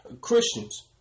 Christians